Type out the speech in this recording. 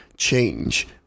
Change